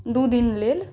दू दिन लेल